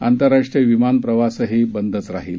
आंतरराष्ट्रीय विमान प्रवासही बंदचं राहिलं